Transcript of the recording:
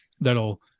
that'll